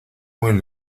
muy